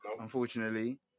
unfortunately